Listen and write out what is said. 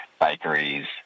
bakeries